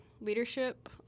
leadership